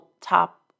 top